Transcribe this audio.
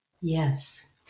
Yes